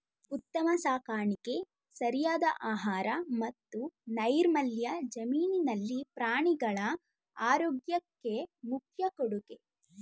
ಉತ್ತಮ ಸಾಕಾಣಿಕೆ ಸರಿಯಾದ ಆಹಾರ ಮತ್ತು ನೈರ್ಮಲ್ಯ ಜಮೀನಿನಲ್ಲಿ ಪ್ರಾಣಿಗಳ ಆರೋಗ್ಯಕ್ಕೆ ಮುಖ್ಯ ಕೊಡುಗೆ